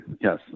yes